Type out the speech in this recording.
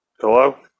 Hello